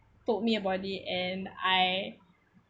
told me about it and I